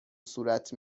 صورت